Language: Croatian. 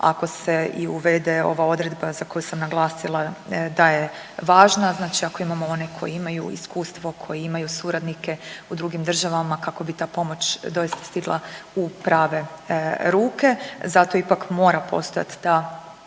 ako se i uvede ova odredba za koju sam naglasila da je važna. Znači ako imamo one koji imaju iskustvo, koji imaju suradnike u drugim državama kako bi ta pomoć doista stigla u prave ruke. Zato ipak mora postojati ta jedna